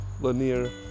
Lanier